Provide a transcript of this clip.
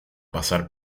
pasar